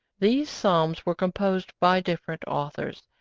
these psalms were composed by different authors,